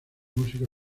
músico